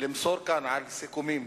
למסור כאן על סיכומים,